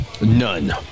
None